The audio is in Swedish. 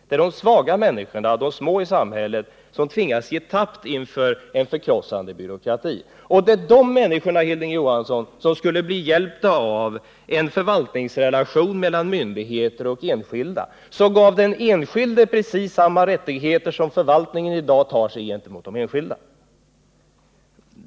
Det är de svaga människorna, de små i samhället som tvingas ge tappt inför en förkrossande byråkrati. Det är dessa människor, Hilding Johansson, som skulle bli hjälpta av en förvaltningsrelation mellan myndigheter och enskilda som ger den enskilde precis samma rättigheter som förvaltningen i dag tar sig gentemot de enskilda.